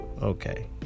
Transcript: Okay